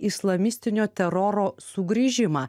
islamistinio teroro sugrįžimą